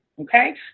Okay